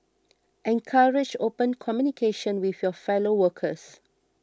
encourage open communication with your fellow workers